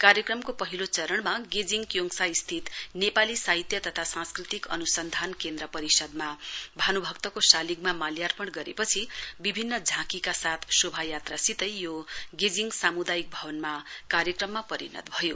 कार्यक्रमको पहिलो चरणमा गेजिङ क्योङसा स्थित नेपाली साहित्य तथा सांस्कृतिक अनुसन्धान केन्द्र परिसरमा भानुभक्तको सालिगमा मालयपर्ण गरेपछि विभिन्न झाँकी साथ शोभायात्रा सितै यो गेजिङ सामुदायिक भवन कार्यक्रममा परिणत भयो